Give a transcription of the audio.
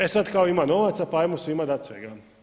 E sad kao ima novaca pa hajmo svima dat svega.